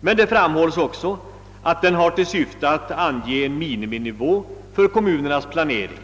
men det framhålls också att den har till syfte att ange en miniminivå för kommunernas planering.